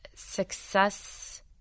Success